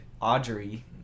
audrey